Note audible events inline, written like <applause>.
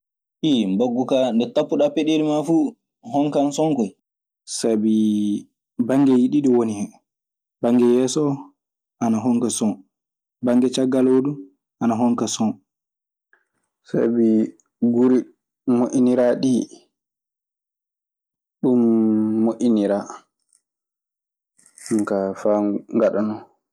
<hesitation> mbaggu kaa nde tappuɗaa peɗeeli maa fuu, honkan son koy. Sabii banngeeji ɗiɗi woni hen. Bannge yees oo ana honka son. Bannge caggal oo du ana honka son. Sabi guri moƴƴiniraaɗi ɗii, ɗun moƴƴiniraa jonkaa faa ngaɗa non.